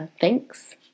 thanks